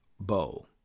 bow